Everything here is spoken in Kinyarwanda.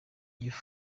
youth